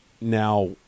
now